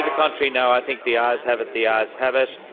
the contrary no. i think the ayes have it, the ayes have it.